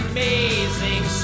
Amazing